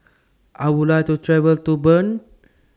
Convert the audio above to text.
I Would like to travel to Bern